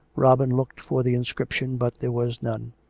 robin looked for the inscription, but there was none.